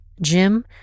Jim